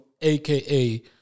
aka